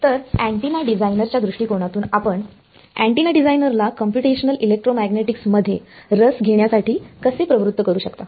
तर अँटीना डिझाइनरच्या दृष्टिकोनातून आपण एंटीना डिझाइनरला कंप्यूटेशनल इलेक्ट्रोमॅग्नेटिक्समध्ये रस घेण्यासाठी कसे प्रवृत्त करू शकता